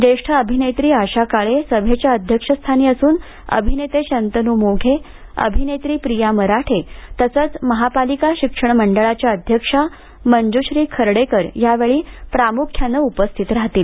ज्येष्ठ अभिनेत्री आशा काळे सभेच्या अध्यक्षस्थानी असणार असून अभिनेते शंतनू मोघे अभिनेत्री प्रिया मराठे तसेच महापालिका शिक्षण मंडळाच्या अध्यक्षा मंज्श्री खर्डेकर यावेळी प्राम्ख्यानं उपस्थित राहतील